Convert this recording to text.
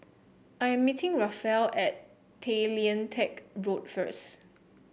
I am meeting Rafael at Tay Lian Teck Road first